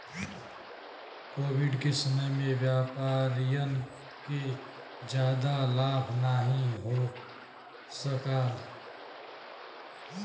Covid के समय में व्यापारियन के जादा लाभ नाहीं हो सकाल